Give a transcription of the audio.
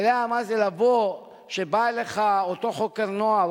אתה יודע מה זה שבא אליך אותו חוקר נוער,